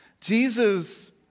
Jesus